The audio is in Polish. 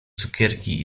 cukierki